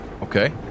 Okay